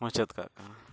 ᱢᱩᱪᱟᱹᱫ ᱠᱟᱜ ᱠᱟᱱᱟ